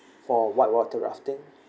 for white water rafting